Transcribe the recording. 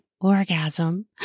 orgasm